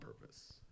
purpose